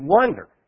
wonder